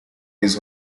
his